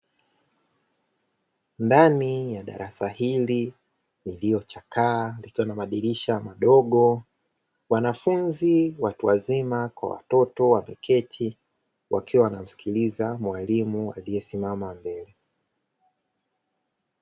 Ndani ya darasa hili lililochakaa likiwa na madirisha madogo wanafunzi watu wazima kwa watoto wameketi wakiwa wanamsikiliza mwalimu aliyesimama mbele.